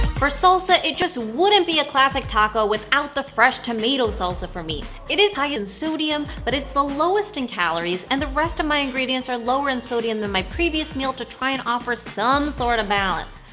for salsa, it just wouldn't be a classic taco without the fresh tomato salsa for me. it is high in sodium, but it's the lowest in calories and the rest of my ingredients are lower in sodium than my previous meal to try to and offer some sort of balance.